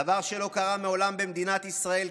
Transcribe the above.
דבר שלא קרה מעולם במדינת ישראל,